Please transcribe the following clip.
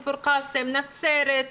נצרת,